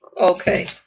Okay